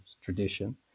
tradition